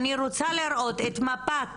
אני רוצה לראות את מפת